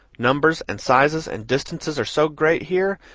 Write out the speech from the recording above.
numbers and sizes and distances are so great, here,